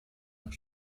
nach